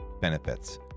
benefits